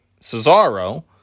Cesaro